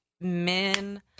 men